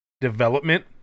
development